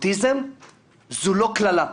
אוטיזם זו לא קללה.